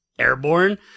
Airborne